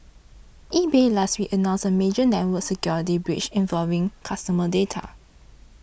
eBay last week announced a major network security breach involving customer data